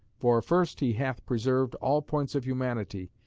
for first, he hath preserved all points of humanity,